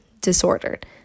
Disordered